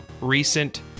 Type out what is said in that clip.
recent